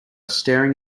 staring